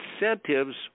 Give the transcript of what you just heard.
incentives